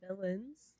villains